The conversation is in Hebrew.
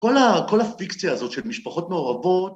‫כל ה- כל הפיקציה הזאת של משפחות מעורבות...